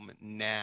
now